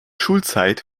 schulzeit